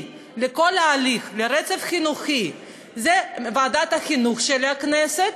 לכל ההליך ולרצף החינוכי זה ועדת החינוך של הכנסת,